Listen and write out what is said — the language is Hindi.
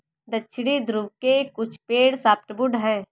दक्षिणी ध्रुव के कुछ पेड़ सॉफ्टवुड हैं